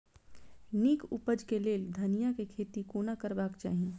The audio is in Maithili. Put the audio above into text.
नीक उपज केँ लेल धनिया केँ खेती कोना करबाक चाहि?